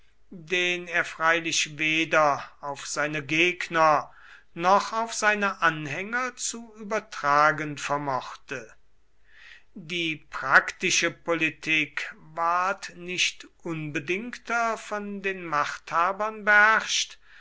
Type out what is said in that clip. den er freilich weder auf seine gegner noch auf seine anhänger zu übertragen vermochte die praktische politik ward nicht unbedingter von den machthabern beherrscht